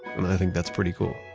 and i think that's pretty cool.